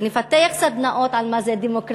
ונפתח סדנאות על זה מה זה דמוקרטיה,